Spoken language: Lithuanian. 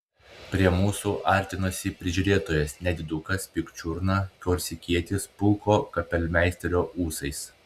prie mūsų artinosi prižiūrėtojas nedidukas pikčiurna korsikietis pulko kapelmeisterio ūsais